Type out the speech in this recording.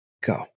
go